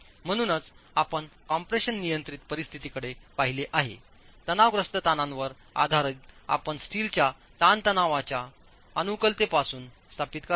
म्हणूनच आपण कॉम्प्रेशन नियंत्रित परिस्थितीकडे पाहिले आहे तणावग्रस्त ताणांवर आधारित आपण स्टीलच्या ताणतणावांच्या ताणतणावाच्या अनुकूलतेपासून स्थापित कराल